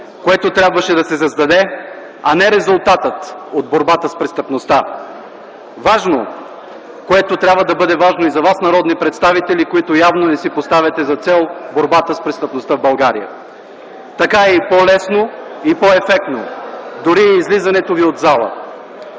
което трябваше да се създаде, а не резултатът от борбата с престъпността. Важно, което трябва да бъде важно и за вас, народните представители, които явно не си поставяте за цел борбата с престъпността в България. Така е и по-лесно, и по-ефектно дори от излизането ви от залата.